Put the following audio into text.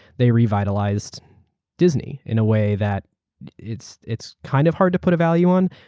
they revitalize disney in a way that it's it's kind of hard to put a value on.